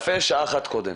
יפה שעה אחת קודם.